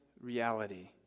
reality